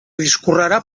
discorrerà